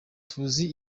tuzi